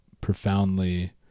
profoundly